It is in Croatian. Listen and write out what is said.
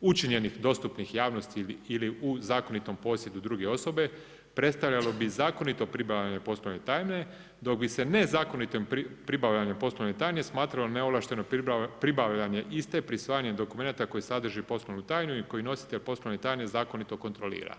učinjenih dostupnim javnosti ili u zakonitom posjedu druge osobe predstavljalo bi zakonito pribavljanje poslovne tajne dok bi se nezakonitim pribavljanjem poslovne tajne smatralo neovlašteno pribavljanje iste prisvajanjem dokumenata koji sadrži poslovnu tajnu i koju nositelj poslovne tajne zakonito kontrolira.